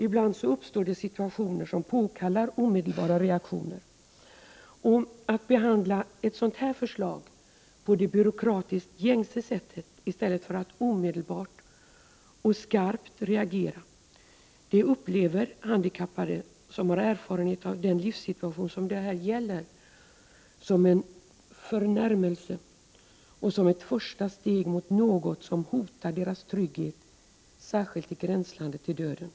Ibland uppstår situationer som påkallar omedelbara reaktioner. Att behandla ett förslag som detta på det byråkratiskt gängse sättet i stället för att omedelbart och starkt reagera, upplevs av de handikappade, som har erfarenhet av den livssituation som det här gäller, såsom en förnärmelse och ett första steg mot något som hotar deras trygghet, särskilt i gränslandet till döden.